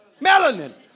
Melanin